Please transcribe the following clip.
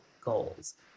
goals